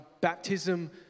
baptism